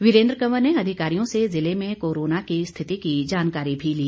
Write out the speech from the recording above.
वीरेंद्र कवर ने अधिकारियों से ज़िले में कोरोना की स्थिति की जानकारी भी ली